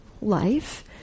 life